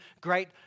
great